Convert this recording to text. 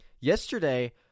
Yesterday